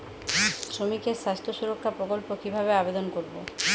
শ্রমিকের স্বাস্থ্য সুরক্ষা প্রকল্প কিভাবে আবেদন করবো?